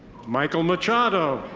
michael machado.